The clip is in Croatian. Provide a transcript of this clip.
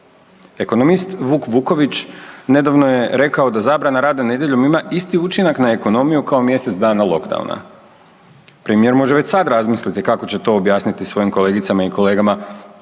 Ekonomist Vuk Vuković nedavno je rekao da zabrana rada nedjeljom ima isti učinak na ekonomiju kao mjesec dana lockdowna. Premijer može već sada razmisliti kako će to objasniti svojim kolegicama i kolegama